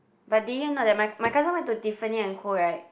but did you know that my my cousin went to Tiffany and Co right